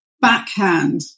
backhand